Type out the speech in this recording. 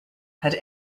had